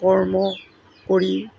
কৰ্ম কৰি